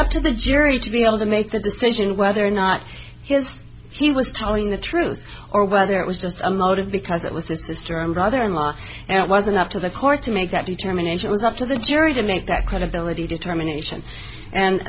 up to the jury to be able to make the decision whether or not he was he was telling the truth or whether it was just a motive because it was this is termed brother in law and it wasn't up to the court to make that determination was up to the jury to make that credibility determination and